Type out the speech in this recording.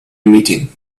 meeting